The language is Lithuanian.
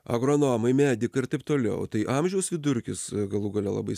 agronomai medikai ir taip toliau tai amžiaus vidurkis galų gale labai